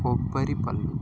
కొబ్బరి పళ్ళు